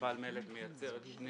מפעל מלט מייצר את שני